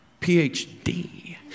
PhD